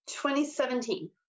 2017